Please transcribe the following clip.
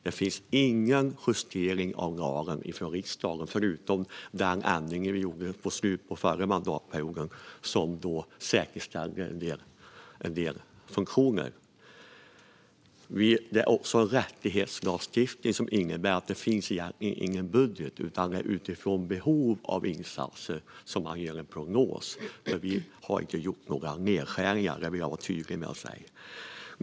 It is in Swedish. Det finns ingen justering av lagen från riksdagen förutom den ändring vi gjorde i slutet av den förra mandatperioden som säkerställde en del funktioner. Detta är en rättighetslagstiftning, vilket innebär att det egentligen inte finns någon budget utan att det är utifrån behov av insatser som man gör en prognos. Vi har inte gjort några nedskärningar; det vill jag vara tydlig med.